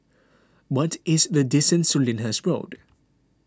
what is the distance to Lyndhurst Road